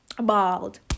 bald